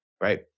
right